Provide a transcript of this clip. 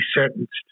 sentenced